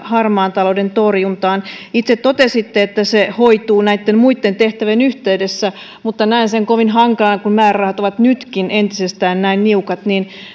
harmaan talouden torjuntaan itse totesitte että se hoituu muitten tehtävien yhteydessä mutta näen sen kovin hankalana kun määrärahat ovat nytkin entisestään näin niukat